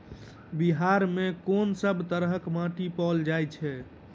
बिहार मे कऽ सब तरहक माटि पैल जाय छै?